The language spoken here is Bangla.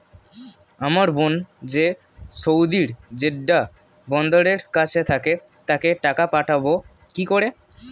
আমার বোন যে সৌদির জেড্ডা বন্দরের কাছে থাকে তাকে টাকা পাঠাবো কি করে?